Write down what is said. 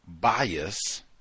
bias